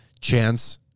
chance